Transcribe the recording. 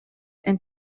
and